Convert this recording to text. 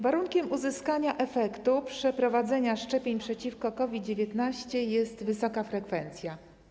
Warunkiem uzyskania efektu przeprowadzenia szczepień przeciwko COVID-19 jest wysoka frekwencja.